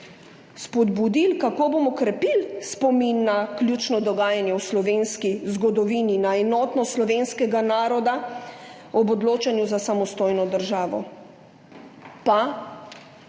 spodbudili, kako bomo krepili spomin na ključno dogajanje v slovenski zgodovini, na enotnost slovenskega naroda ob odločanju za samostojno državo. Kako